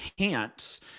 enhance